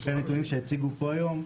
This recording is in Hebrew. לפי הנתונים שהציגו פה היום,